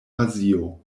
azio